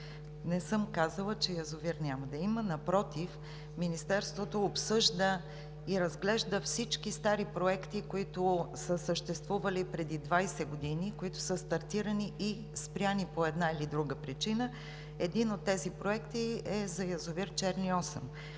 Не съм казвала, че язовир няма да има. Напротив, Министерството обсъжда и разглежда всички стари проекти, които са съществували преди 20 години, които са стартирани и спрени по една или друга причина. Един от тези проекти е за язовир „Черни